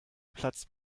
platz